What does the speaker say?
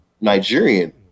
Nigerian